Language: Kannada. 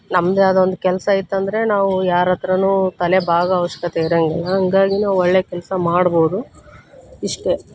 ನಮ್ಮದೇ ಆದ ಒಂದು ಕೆಲಸ ಇತ್ತಂದರೆ ನಾವು ಯಾರ ಹತ್ರನೂ ತಲೆ ಬಾಗೋ ಅವಶ್ಯಕತೆ ಇರೋಂಗಿಲ್ಲ ಹಂಗಾಗಿ ನಾವು ಒಳ್ಳೆಯ ಕೆಲಸ ಮಾಡ್ಬೋದು ಇಷ್ಟೇ